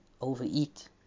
overeat